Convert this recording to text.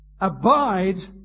Abide